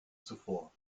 zuvor